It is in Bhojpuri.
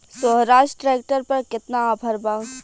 सोहराज ट्रैक्टर पर केतना ऑफर बा?